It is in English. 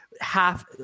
half